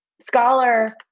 scholar